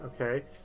Okay